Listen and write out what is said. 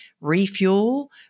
refuel